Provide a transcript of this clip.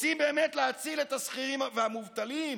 רוצים באמת להציל את השכירים ואת המובטלים,